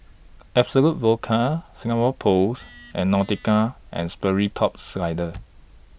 Absolut Vodka Singapore Post and Nautica and Sperry Top Sider